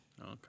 Okay